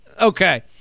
okay